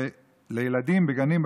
ולילדים בגנים,